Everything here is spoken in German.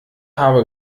habe